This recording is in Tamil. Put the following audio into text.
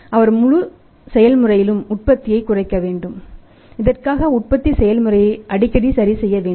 அவர் முழு செயல்முறையிலும் உற்பத்தியை குறைக்க வேண்டும் இதற்காக உற்பத்தி செயல்முறையை அடிக்கடி சரி செய்ய வேண்டும்